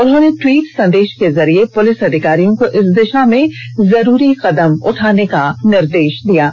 उन्होंने ट्वीट संदेश के जरिए पुलिस अधिकारियों को इस दिशा में जरूरी कदम उठाने का निर्देश दिया है